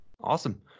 Awesome